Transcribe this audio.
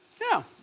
yeah.